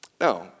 Now